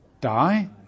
die